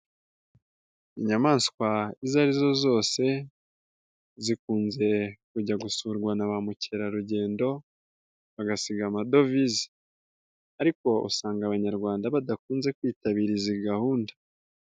Inyamaswa izo arizo zose zikunze kujya gusurwa na ba mukerarugendo bagasiga amadovize, ariko usanga abanyarwanda badakunze kwitabira izi gahunda.